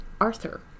Arthur